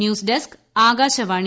news desk Akashvani